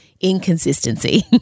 inconsistency